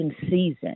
season